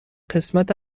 قسمت